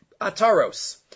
Ataros